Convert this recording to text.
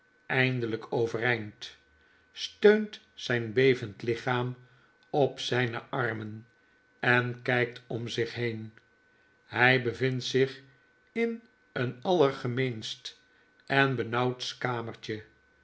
eindelijk overeind steunt zp bevend lichaam op zpe armen en kpt om zich heen hjj bevindt zich in een allergemeenst en benauwdst kamertje